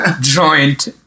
joint